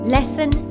Lesson